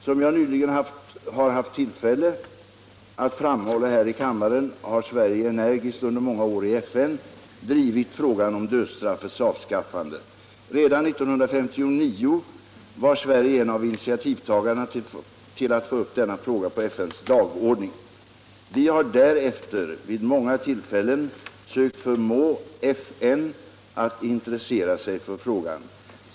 Som jag nyligen har haft tillfälle att framhålla här i kammaren har Sverige energiskt under många år i FN drivit frågan om dödsstraffets avskaffande. Redan 1959 var Sverige en av initiativtagarna till att få upp denna fråga på FN:s dagordning. Vi har därefter vid många tillfällen sökt förmå FN att intressera sig för frågan.